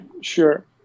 sure